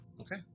Okay